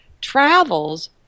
travels